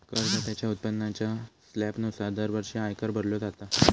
करदात्याच्या उत्पन्नाच्या स्लॅबनुसार दरवर्षी आयकर भरलो जाता